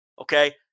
Okay